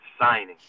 signing